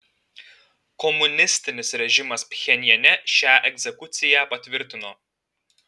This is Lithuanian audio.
komunistinis režimas pchenjane šią egzekuciją patvirtino